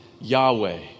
Yahweh